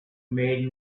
made